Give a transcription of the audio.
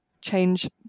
change